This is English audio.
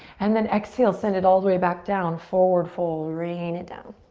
and then exhale, send it all the way back down, forward fold. rain it down.